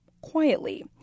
quietly